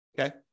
Okay